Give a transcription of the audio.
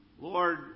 Lord